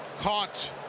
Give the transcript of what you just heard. caught